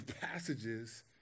passages